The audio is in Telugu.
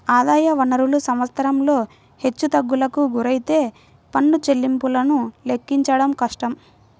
ఆదాయ వనరులు సంవత్సరంలో హెచ్చుతగ్గులకు గురైతే పన్ను చెల్లింపులను లెక్కించడం కష్టం